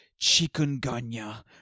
chikungunya